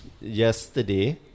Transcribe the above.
yesterday